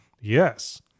Yes